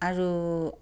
আৰু